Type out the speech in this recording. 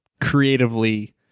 creatively